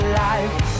life